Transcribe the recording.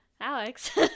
Alex